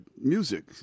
music